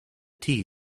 tea